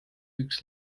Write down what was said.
üks